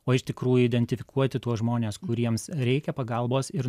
o iš tikrųjų identifikuoti tuos žmones kuriems reikia pagalbos ir